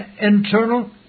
internal